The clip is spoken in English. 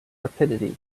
rapidity